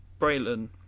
Braylon